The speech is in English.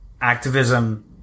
activism